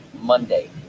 Monday